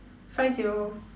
five zero